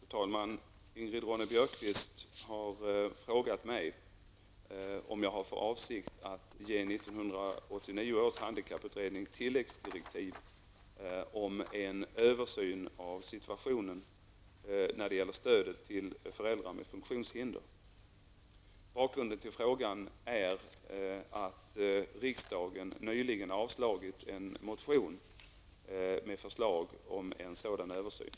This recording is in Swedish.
Fru talman! Ingrid Ronne-Björkqvist har frågat mig om jag har för avsikt att ge 1989 års handikapputredning tilläggsdirektiv om en översyn av situationen när det gäller stödet till föräldrar med funktionshinder. Bakgrunden till frågan är att riksdagen nyligen avslagit en motion med förslag om en sådan översyn.